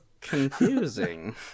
Confusing